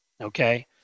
okay